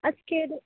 আজকের